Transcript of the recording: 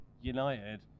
United